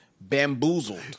bamboozled